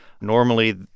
Normally